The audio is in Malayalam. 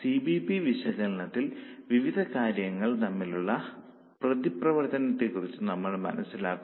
സി വി പി വിശകലനത്തിൽ വിവിധ കാര്യങ്ങൾ തമ്മിലുള്ള പ്രതിപ്രവർത്തനത്തെക്കുറിച്ച് നമ്മൾ മനസ്സിലാക്കുന്നു